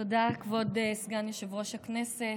תודה, כבוד סגן יושב-ראש הכנסת.